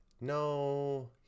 No